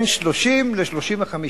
בין 30 ל-35.